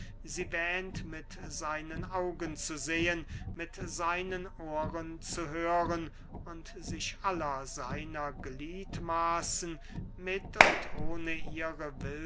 sie wähnt mit seinen augen zu sehen mit seinen ohren zu hören und sich aller seiner gliedmaßen mit und ohne ihre